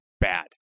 bad